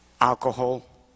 alcohol